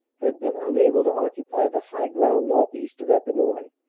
had been unable to occupy the high ground northeast of epinoy.